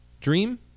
dream